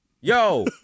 yo